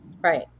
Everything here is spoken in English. Right